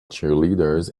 cheerleaders